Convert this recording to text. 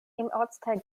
ortsteil